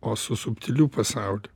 o su subtiliu pasauliu